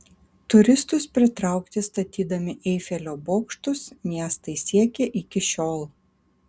turistus pritraukti statydami eifelio bokštus miestai siekia iki šiol